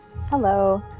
Hello